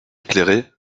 éclairé